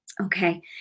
Okay